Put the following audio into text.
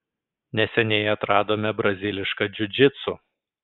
neseniai atradome brazilišką džiudžitsu